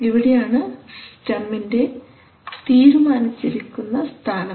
ഇവിടെയാണ് സ്റ്റെമിൻറെ തീരുമാനിച്ചിരിക്കുന്ന സ്ഥാനം